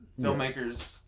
filmmakers